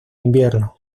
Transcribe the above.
invierno